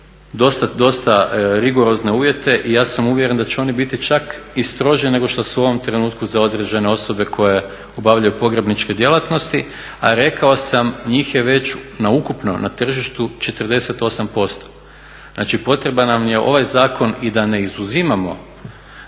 strane dosta rigorozne uvjete i ja sam uvjeren da će oni biti čak i stroži nego što su u ovom trenutku za određene osobe koje obavljaju pogrebničke djelatnosti a rekao sam njih je već ukupno na tržištu 48%. Znači potreban nam je ovaj zakon i da ne izuzimamo